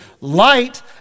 light